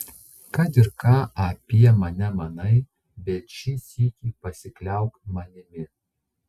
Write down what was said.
kad ir ką apie mane manai bent šį sykį pasikliauk manimi